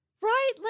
Right